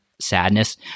sadness